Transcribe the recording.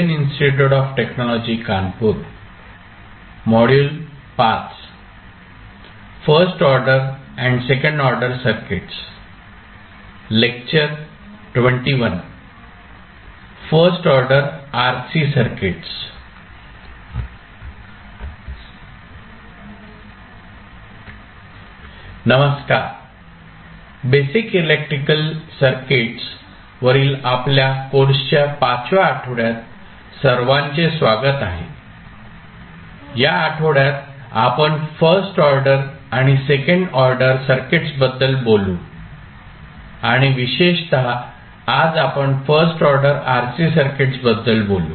या आठवड्यात आपण फर्स्ट ऑर्डर आणि सेकंड ऑर्डर सर्किट्स बद्दल बोलू आणि विशेषतः आज आपण फर्स्ट ऑर्डर RC सर्किट्स बद्दल बोलू